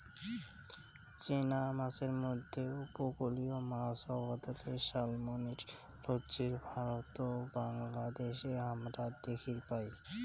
চেনা মাছের মইধ্যে উপকূলীয় মাছ আবাদে স্যালমনের নজির ভারত ও বাংলাদ্যাশে হামরা দ্যাখির পাই